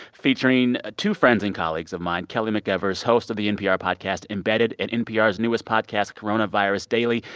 featuring two friends and colleagues of mine kelly mcevers, host of the npr podcast embedded and npr's newest podcast, coronavirus daily.